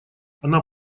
она